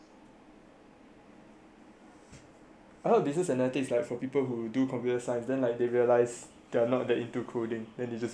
I heard business analytics is like people who do computer science then they like realise they're not that into coding then they just go to business analytics